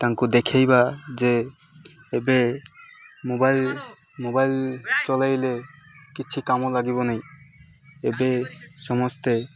ତାଙ୍କୁ ଦେଖେଇବା ଯେ ଏବେ ମୋବାଇଲ୍ ମୋବାଇଲ୍ ଚଲେଇଲେ କିଛି କାମ ଲାଗିବନାହିଁ ଏବେ ସମସ୍ତେ